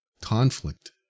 conflict